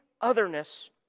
otherness